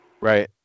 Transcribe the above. Right